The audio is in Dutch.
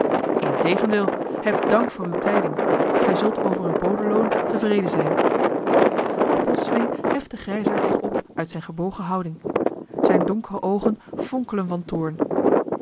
integendeel heb dank voor uwe tijding gij zult over uw bodeloon tevreden zijn maar plotseling heft de grijsaard zich op uit zijne gebogen houding zijne donkere oogen fonkelen van toorn